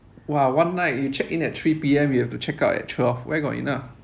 !wah! one night you check-in at three P_M you have to check-out at twelve where got enough